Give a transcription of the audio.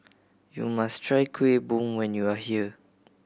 you must try Kueh Bom when you are here